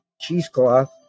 cheesecloth